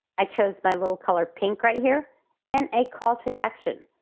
i chose my little color pink right here and a call to action.